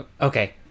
Okay